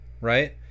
right